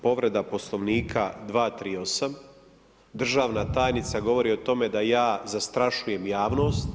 Povreda Poslovnika 238., državna tajnica govori o tome da ja zastrašujem javnost.